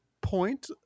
point